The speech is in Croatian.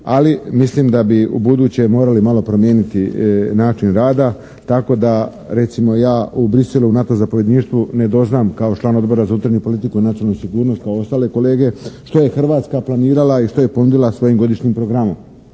ali mislim da bi ubuduće morali malo promijeniti način rada tako da recimo ja u Bruxellu u NATO zapovjedništvu ne doznam kao član Odbora za unutarnju politiku i nacionalnu sigurnost kao ostale kolege što je Hrvatska planirala i što je ponudila svojim godišnjim programom?